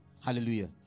Hallelujah